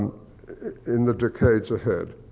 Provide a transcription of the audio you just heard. in the decades ahead.